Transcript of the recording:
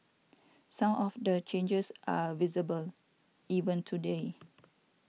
some of the changes are visible even today